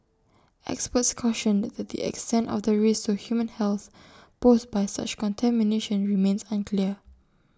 experts cautioned that the extent of the risk to human health posed by such contamination remains unclear